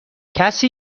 کسی